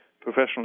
professional